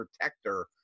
protector